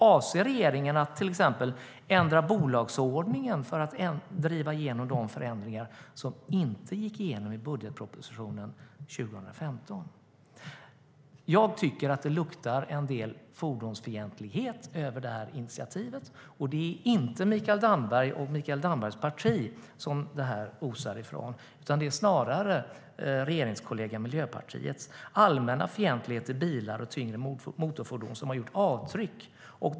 Avser regeringen att till exempel ändra bolagsordningen för att driva igenom de förändringar som inte gick igenom i budgetpropositionen 2015? Jag tycker att det luktar en del fordonsfientlighet över det här initiativet. Det är inte från Mikael Damberg och Mikael Dambergs parti det osar ifrån, utan det är snarare regeringskollegan Miljöpartiets allmänna fientlighet till bilar och tyngre motorfordon som har gjort avtryck.